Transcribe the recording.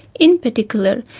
in particular,